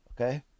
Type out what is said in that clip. okay